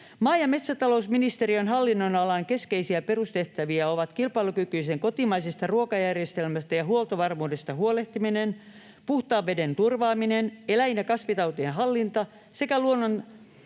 Maa- ja metsätalousministeriön hallinnonalan keskeisiä perustehtäviä ovat kilpailukykyisestä kotimaisesta ruokajärjestelmästä ja huoltovarmuudesta huolehtiminen, puhtaan veden turvaaminen, eläin- ja kasvitautien hallinta sekä